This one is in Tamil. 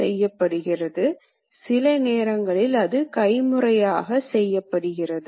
அனைத்து நவீன இயந்திரங்களும் கணினி கட்டுப்பாட்டால் இயங்குகின்றன